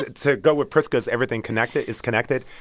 to go with priska's everything connected is connected,